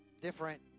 different